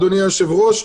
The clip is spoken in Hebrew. אדוני היושב-ראש,